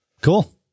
cool